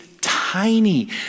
tiny